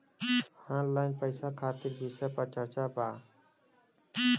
Online पैसा खातिर विषय पर चर्चा वा?